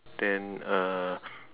then uh